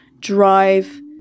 drive